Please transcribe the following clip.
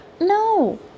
no